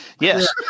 yes